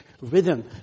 rhythm